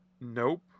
Nope